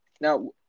now